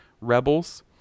rebels